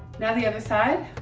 now the other side.